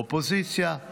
אופוזיציה,